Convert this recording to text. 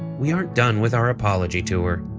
we aren't done with our apology tour.